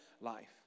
life